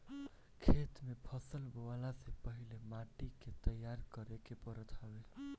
खेत में फसल बोअला से पहिले माटी के तईयार करे के पड़त हवे